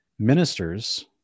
ministers